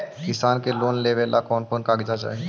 किसान के लोन लेने ला कोन कोन कागजात चाही?